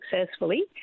successfully